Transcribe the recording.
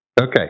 Okay